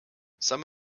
some